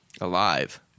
alive